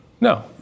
No